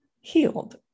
healed